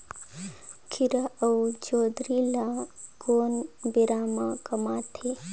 खीरा अउ जोंदरी ल कोन बेरा म कमाथे?